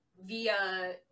via